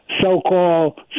so-called